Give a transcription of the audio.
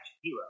Hero